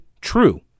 true